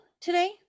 today